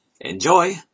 Enjoy